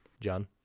john